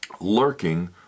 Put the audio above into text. lurking